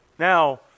Now